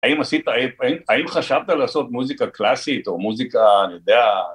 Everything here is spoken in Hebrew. האם עשית, האם חשבת לעשות מוזיקה קלאסית, או מוזיקה, אני יודע...